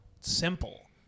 simple